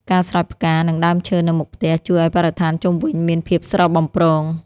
ការស្រោចផ្កា និងដើមឈើនៅមុខផ្ទះ ជួយឱ្យបរិស្ថានជុំវិញមានភាពស្រស់បំព្រង។